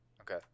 Okay